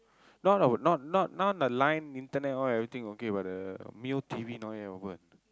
not our now now now the line internet all everything all okay but the Mio T_V not yet open